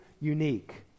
unique